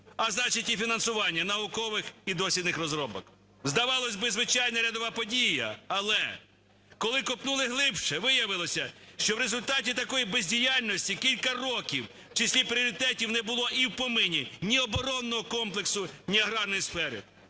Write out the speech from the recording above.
а значить і фінансування, наукових і дослідних розробок. Здавалося б, звичайна рядова подія, але коли копнули глибше, виявилося, що в результаті такої бездіяльності кілька років в числі пріоритетів не було і в помині ні оборонного комплексу, ні аграрної сфери.